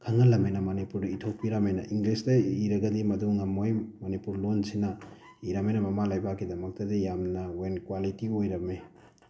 ꯈꯪꯍꯜꯂꯝꯅꯤꯅ ꯃꯅꯤꯄꯨꯔꯤꯗ ꯏꯊꯣꯛꯄꯤꯔꯝꯅꯤꯅ ꯏꯪꯂꯤꯁꯇ ꯏꯔꯒꯗꯤ ꯃꯗꯨ ꯉꯝꯃꯣꯏ ꯃꯅꯤꯄꯨꯔ ꯂꯣꯟꯁꯤꯅ ꯏꯔꯝꯅꯤꯅ ꯃꯃꯥ ꯂꯩꯕꯥꯛꯀꯤꯗꯃꯛꯇꯗꯤ ꯌꯥꯝꯅ ꯋꯦꯜ ꯀ꯭ꯋꯥꯂꯤꯇꯤ ꯑꯣꯏꯔꯝꯃꯤ